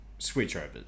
switchovers